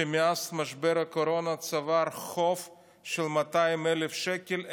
שמאז משבר הקורונה צבר חוב של 200,000 שקל.